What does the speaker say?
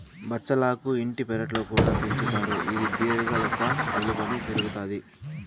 బచ్చలాకు ఇంటి పెరట్లో కూడా పెంచుతారు, ఇది తీగలుగా అల్లుకొని పెరుగుతాది